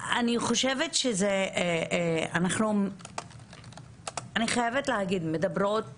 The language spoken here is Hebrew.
אני חייבת להגיד מדברות